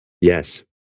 Yes